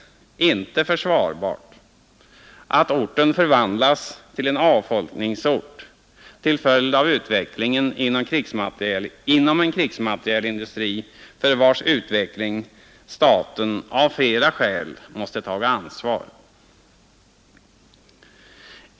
planering försvarbart att orten förvandlas till en avfolkningsort till följd av för civil produktion utvecklingen inom en krigsmaterielindustri för vars utveckling staten av du krigsmaterielindustrin flera skäl måste ta ansvar.